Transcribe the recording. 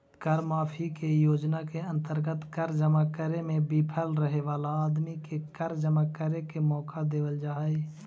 कर माफी के योजना के अंतर्गत कर जमा करे में विफल रहे वाला आदमी के कर जमा करे के मौका देवल जा हई